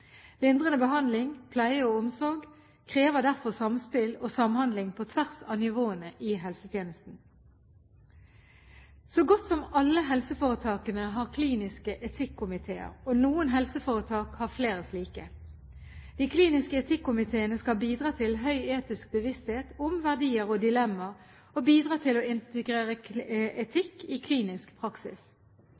Lindrende behandling, pleie og omsorg krever derfor samspill og samhandling på tvers av nivåene i helsetjenesten. Så godt som alle helseforetakene har kliniske etikkkomiteer, og noen helseforetak har flere slike. De kliniske etikkomiteene skal bidra til høy etisk bevissthet om verdier og dilemmaer og bidra til å integrere etikk i klinisk praksis.